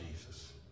Jesus